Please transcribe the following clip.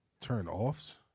Turn-offs